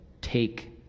take